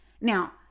Now